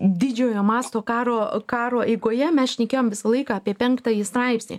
didžiojo masto karo karo eigoje mes šnekėjom visą laiką apie penktąjį straipsnį